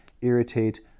irritate